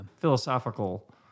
philosophical